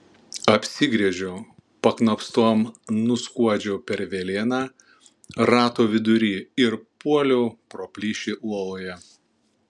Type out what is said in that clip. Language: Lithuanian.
apsigręžiau paknopstom nuskuodžiau per velėną rato vidury ir puoliau pro plyšį uoloje